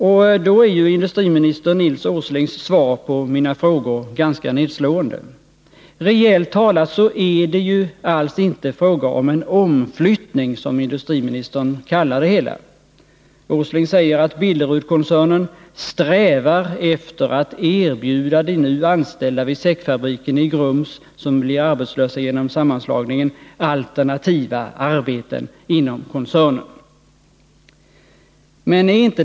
Och alla har ju inte bil.